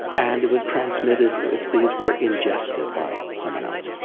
and it was transmitted if these were ingested by someone else.